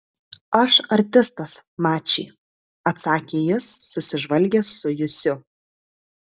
aš artistas mačy atsakė jis susižvalgęs su jusiu